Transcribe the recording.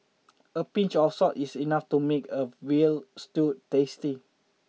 a pinch of salt is enough to make a veal stew tasty